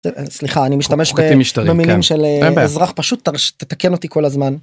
סליחה אני משתמש במילים של אזרח פשוט תתקן אותי כל הזמן.